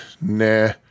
Nah